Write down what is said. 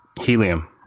Helium